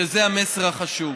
שזה המסר החשוב.